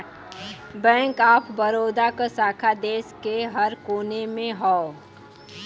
bank of Baroda क शाखा देश के हर कोने में हौ